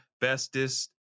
bestest